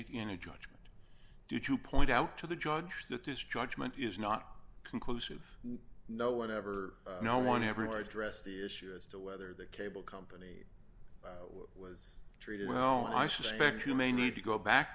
it in a judgment did you point out to the judge that this judgment is not conclusive no one ever no one everywhere address the issue as to whether the cable company was treated well i suspect you may need to go back